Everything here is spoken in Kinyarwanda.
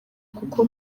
kuko